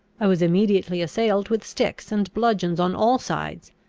i was immediately assailed with sticks and bludgeons on all sides,